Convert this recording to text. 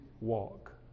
walk